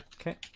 Okay